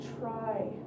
try